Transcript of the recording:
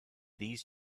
these